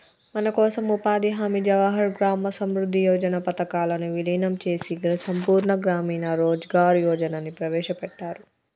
మనకోసం ఉపాధి హామీ జవహర్ గ్రామ సమృద్ధి యోజన పథకాలను వీలినం చేసి సంపూర్ణ గ్రామీణ రోజ్గార్ యోజనని ప్రవేశపెట్టారు